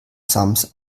sams